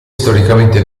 storicamente